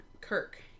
Kirk